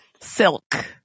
Silk